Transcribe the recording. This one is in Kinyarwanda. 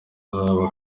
azaba